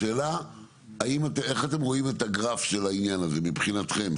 השאלה איך אתם רואים את הגרף של העניין הזה מבחינתכם,